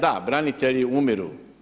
Da, branitelji umiru.